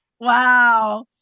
Wow